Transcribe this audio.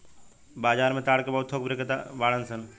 बाजार में ताड़ के बहुत थोक बिक्रेता बाड़न सन